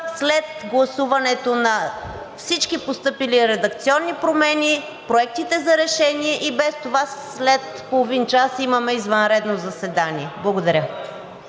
след гласуването на всички постъпили редакционни промени, проектите за решения. И без това след половин час имаме извънредно заседание. Благодаря.